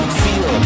feel